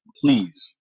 please